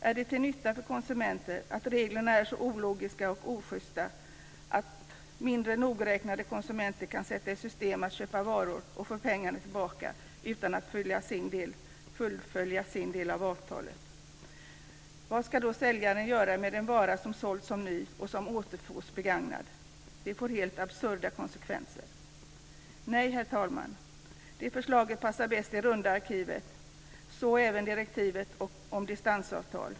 Är det till nytta för konsumenter att reglerna är så ologiska och ojusta att mindre nogräknade konsumenter kan sätta i system att köpa varor och få pengarna tillbaka utan att fullfölja sin del av avtalet? Vad ska säljaren göra med en vara som sålts som ny och som återfås begagnad? Detta får helt absurda konsekvenser. Nej, herr talman, detta förslag passar bäst i runda arkivet, så även direktivet om distansavtal.